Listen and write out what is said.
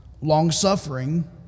long-suffering